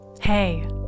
Hey